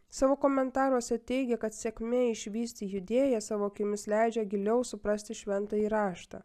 savo komentaruose teigia kad sėkmė išvysti judėją savo akimis leidžia giliau suprasti šventąjį raštą